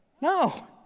No